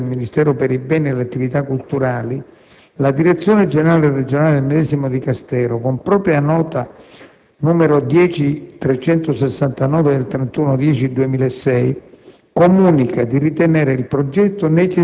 Relativamente al parere di competenza del Ministero per i beni e le attività culturali, la direzione generale regionale del medesimo Dicastero, con propria nota n. 10369 del 31